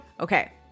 Okay